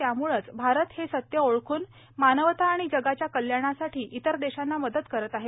त्यामुळेच भारत हे सत्य ओळखुन मानवता आणि जगाच्या कल्याणासाठी इतर देशांना मदत करत आहे